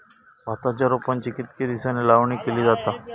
भाताच्या रोपांची कितके दिसांनी लावणी केली जाता?